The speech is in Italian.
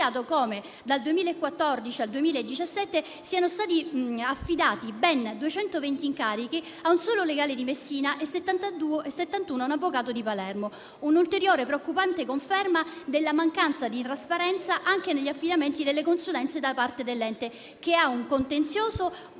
come, dal 2014 al 2017, siano stati affidati ben 220 incarichi a un solo legale di Messina e 71 a un avvocato di Palermo: una ulteriore, preoccupante conferma della mancanza di trasparenza anche negli affidamenti delle consulenze da parte dell'ente che ha un contenzioso